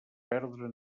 perdre